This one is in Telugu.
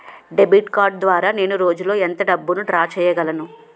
డెబిట్ కార్డ్ ద్వారా నేను రోజు లో ఎంత డబ్బును డ్రా చేయగలను?